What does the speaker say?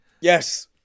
Yes